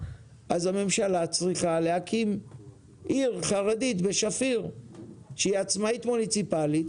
אז הממשלה צריכה להקים עיר חרדית בשפיר שהיא עצמאית מוניציפלית,